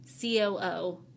COO